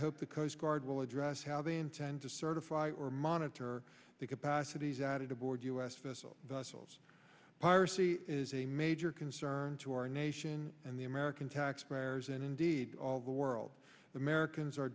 hope the coast guard will address how they intend to certify or monitor the capacities added aboard u s vessel vessels piracy is a major concern to our nation and the american taxpayers and indeed all the world americans are